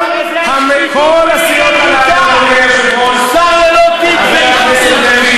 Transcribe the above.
כל הסיעות האלה, שר ללא תיק זאת שחיתות.